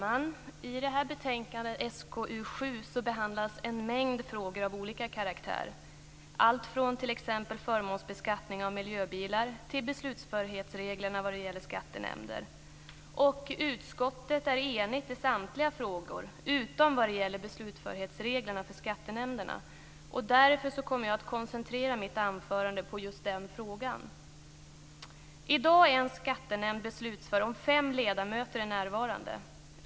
Fru talman! I betänkandet SkU7 behandlas en mängd frågor av olika karaktär, allt från t.ex. förmånsbeskattning av miljöbilar till beslutförhetsreglerna för skattenämnder. Utskottet är enigt i samtliga frågor utom vad gäller beslutförhetsreglerna för skattenämnderna. Därför kommer jag att koncentrera mitt anförande på just den frågan. I dag är en skattenämnd beslutför om fem ledamöter är närvarande.